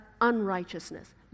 unrighteousness